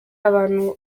abantu